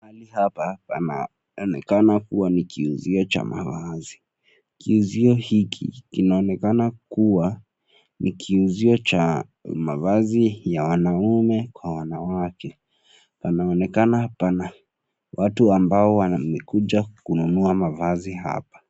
Mahali hapa, panaonekana kuwa ni kiuzio cha mavazi, kiuzio hiki kinaonekana kuwa, ni kiuzio cha, mavazi ya wanaume kwa wanawake, panaonekana pana, watu ambao wamekuja, kununua mavazi hapa,